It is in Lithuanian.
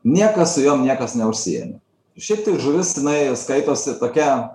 niekas su juo niekas neužsiėmė šiaip taip žuvis jinai skaitosi tokia